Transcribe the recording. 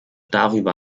darüber